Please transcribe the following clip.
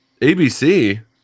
ABC